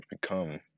become